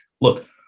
Look